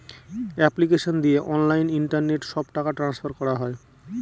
application দিয়ে online internet সব টাকা ট্রান্সফার করা হয়